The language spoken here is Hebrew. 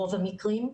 ברוב המקרים,